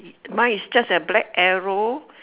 mine is just a black arrow